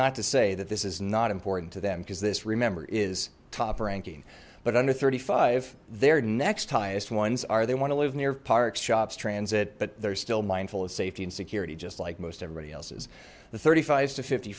not to say that this is not important to them because this remember is top ranking but under thirty five their next highest ones are they want to live near parks shops transit but they're still mindful of safety and security just like most everybody else's the thirty five to fifty